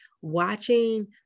watching